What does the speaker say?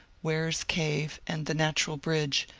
weir's cave, and the natural bridge,